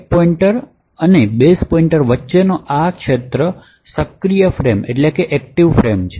stack pointer અને base pointer વચ્ચેનો આ ક્ષેત્ર સક્રિય ફ્રેમ છે